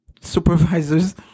supervisors